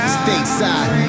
stateside